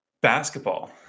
basketball